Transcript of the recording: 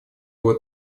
его